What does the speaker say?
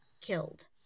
killed